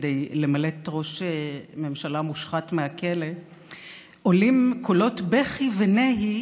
כדי למלט ראש ממשלה מושחת מהכלא עולים קולות בכי ונהי